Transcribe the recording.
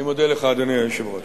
אני מודה לך, אדוני היושב-ראש.